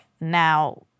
now